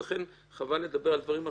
ולכן, חבל לדבר על דברים אחרים.